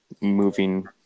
moving